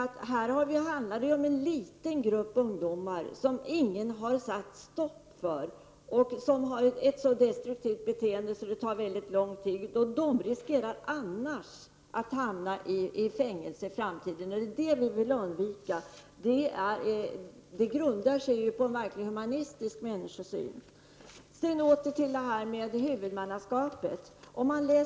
Det handlar här om en liten grupp ungdomar, som ingen har satt stopp för och vars destruktiva beteende det tar lång tid att vända. Om så inte sker riskerar de dock att hamna i fängelse, och det vill vi undvika. Denna vår inställning grundar sig på en verkligt human människosyn. Så åter till huvudmannaskapet.